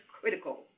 critical